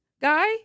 guy